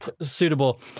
suitable